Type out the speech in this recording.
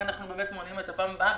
אבל איך אנחנו מונעים את הפעם הבאה?